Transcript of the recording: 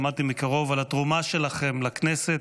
עמדתי מקרוב על התרומה שלכם לכנסת.